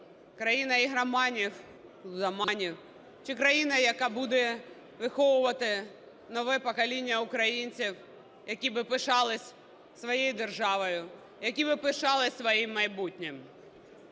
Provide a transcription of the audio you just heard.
лудоманів, чи країна, яка буде виховувати нове покоління українців, які би пишалися своєю державою, які би пишалися своїм майбутнім?